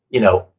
you know,